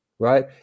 Right